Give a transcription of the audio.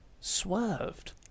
Swerved